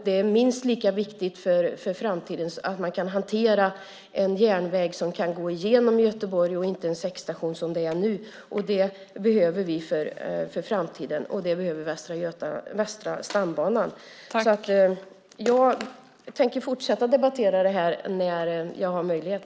Det är minst lika viktigt för framtiden att järnvägen kan gå genom Göteborg i stället för att ha en säckstation som man har nu. Det behöver vi för framtiden, och det behöver Västra stambanan. Jag tänker fortsätta att debattera det här när jag har möjlighet.